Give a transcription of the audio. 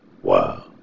Wow